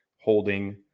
holding